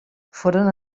foren